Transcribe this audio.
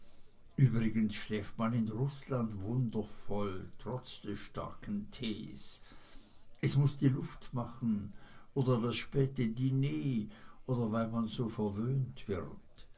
übrigens schläft man in rußland wundervoll trotz des starken tees es muß die luft machen oder das späte diner oder weil man so verwöhnt wird